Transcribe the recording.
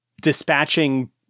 dispatching